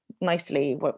nicely